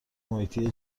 محیطی